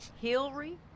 Hillary